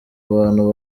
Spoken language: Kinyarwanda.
abantu